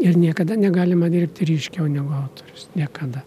ir niekada negalima dirbti ryškiau negu autorius niekada